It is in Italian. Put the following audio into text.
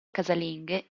casalinghe